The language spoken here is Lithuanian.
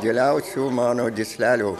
giliausių mano gyslelių